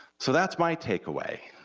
so that's my takeaway,